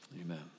Amen